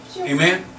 Amen